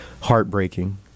heartbreaking